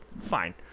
fine